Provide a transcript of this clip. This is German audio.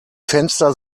fenster